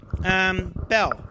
Bell